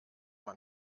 man